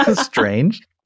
strange